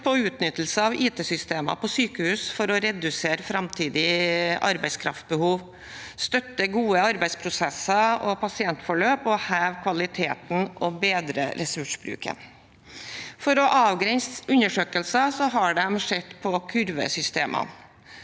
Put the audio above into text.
på utnyttelse av IT-systemer på sykehus for å redusere framtidig arbeidskraftbehov, støtte gode arbeidsprosesser og pasientforløp, heve kvaliteten og bedre ressursbruken. For å avgrense undersøkelsen har de sett på kurvesystemene.